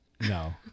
No